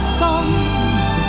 songs